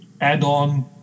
add-on